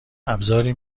ابزاری